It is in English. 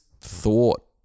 thought